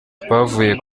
twavuye